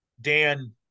Dan